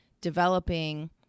developing